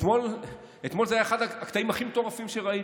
אתמול זה היה אחד הקטעים הכי מטורפים שראיתי.